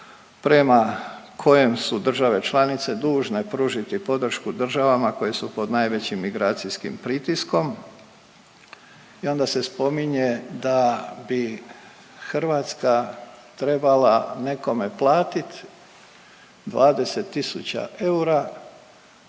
prema kojem su države članice dužne pružiti podršku državama koje su pod najvećim migracijskim pritiskom. I onda se spominje da bi Hrvatska trebala nekome platiti 20000 eura